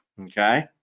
okay